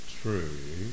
true